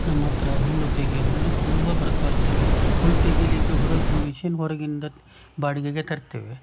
ನಮ್ಮ ಹತ್ರ ಹುಲ್ಲು ತೆಗೆ ಹುಲ್ಲು ತುಂಬ ಬರ್ತಾಯಿರ್ತದೆ ಹುಲ್ಲು ತೆಗೆಯಲಿಕ್ಕೆ ಹೊರಗೆ ಮೆಶೀನ್ ಹೊರಗಿನಿಂದ ಬಾಡಿಗೆಗೆ ತರ್ತೇವೆ